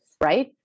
Right